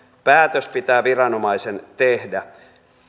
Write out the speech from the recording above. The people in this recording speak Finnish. päätös pitää viranomaisen tehdä